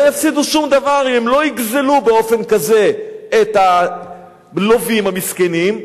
לא יפסידו שום דבר אם הם לא יגזלו באופן כזה את הלווים המסכנים.